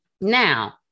Now